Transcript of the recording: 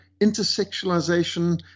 intersexualization